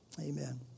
Amen